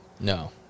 No